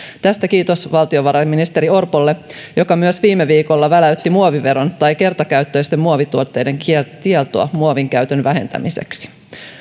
tästä kiitos valtiovarainministeri orpolle joka myös viime viikolla väläytti muoviveroa tai kertakäyttöisten muovituotteiden kieltoa kieltoa muovin käytön vähentämiseksi